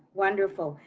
wonderful,